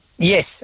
Yes